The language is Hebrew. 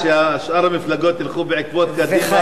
אני מקווה ששאר המפלגות ילכו בעקבות מפלגת קדימה,